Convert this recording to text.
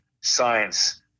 science